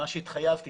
מה שהתחייבתי,